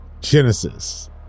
Genesis